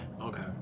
Okay